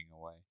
away